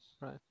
right